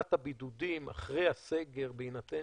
שאלת הבידודים אחרי הסגר, בהינתן